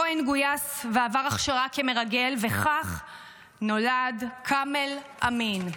כהן גויס ועבר הכשרה כמרגל, וכך נולד כאמל אמין.